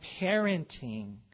parenting